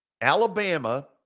Alabama